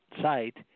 site